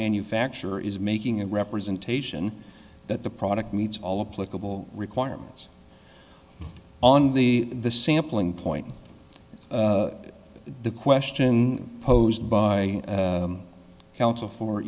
manufacturer is making a representation that the product meets all the political requirements on the the sampling point the question posed by counsel for